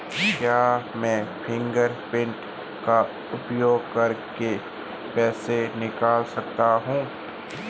क्या मैं फ़िंगरप्रिंट का उपयोग करके पैसे निकाल सकता हूँ?